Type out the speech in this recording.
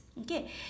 Okay